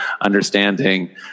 understanding